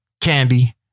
candy